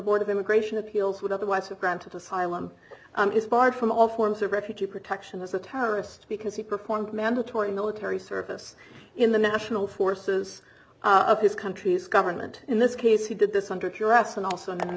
board of immigration appeals would otherwise have granted asylum is barred from all forms of refugee protection as a terrorist because he performed mandatory military service in the national forces of his country's government in this case he did this under your ass and also